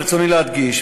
ברצוני להדגיש,